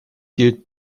gilt